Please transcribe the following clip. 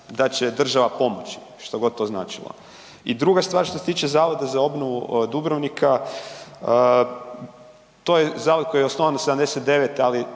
da će država pomoći, što god to značilo. I druga stvar, što se tiče Zavoda za obnovu Dubrovnika, to je zavod koji je osnovan '79.,